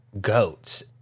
goats